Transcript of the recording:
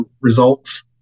results